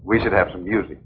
we should have some music